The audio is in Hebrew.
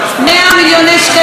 100 מיליון שקל,